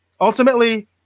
Ultimately